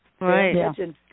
Right